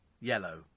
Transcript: yellow